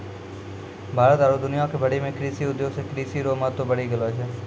भारत आरु दुनिया भरि मे कृषि उद्योग से कृषि रो महत्व बढ़ी गेलो छै